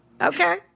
Okay